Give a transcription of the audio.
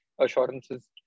assurances